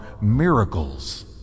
miracles